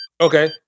okay